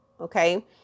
okay